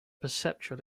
perceptual